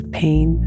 pain